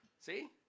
See